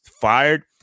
fired